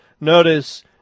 notice